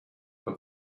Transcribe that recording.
but